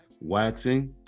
waxing